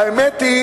האמת היא